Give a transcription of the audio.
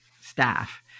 staff